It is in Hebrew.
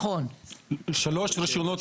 שלושה רישיונות.